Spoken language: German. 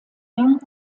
young